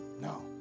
no